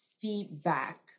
feedback